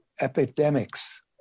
epidemics